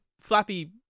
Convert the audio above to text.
flappy